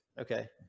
okay